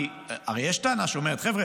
הרי יש טענה שאומרת: חבר'ה,